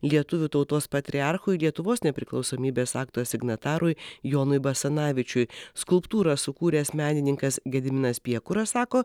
lietuvių tautos patriarchui lietuvos nepriklausomybės akto signatarui jonui basanavičiui skulptūrą sukūręs menininkas gediminas piekuras sako